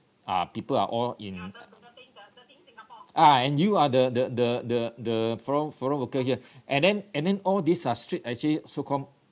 uh people are all in ah and you are the the the the the foreign foreign worker here and then and then all these uh street actually so call